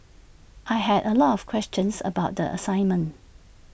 I had A lot of questions about the assignment